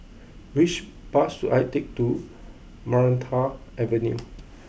which bus should I take to Maranta Avenue